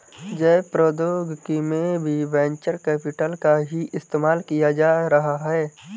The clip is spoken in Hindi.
जैव प्रौद्योगिकी में भी वेंचर कैपिटल का ही इस्तेमाल किया जा रहा है